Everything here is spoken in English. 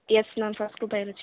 yes ma'am first group biology ma'am